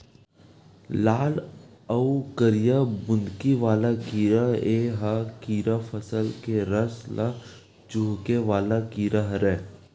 लाल अउ करिया बुंदकी वाला कीरा ए ह कीरा फसल के रस ल चूंहके वाला कीरा हरय